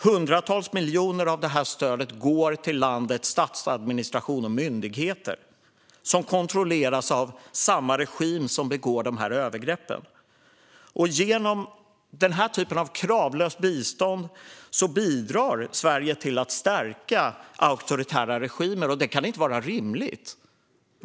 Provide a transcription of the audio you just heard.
Hundratals miljoner av detta stöd går till landets statsadministration och myndigheter, som kontrolleras av samma regim som begår övergreppen. Genom denna typ av kravlöst bistånd bidrar Sverige till att stärka auktoritära regimer. Det kan inte vara rimligt.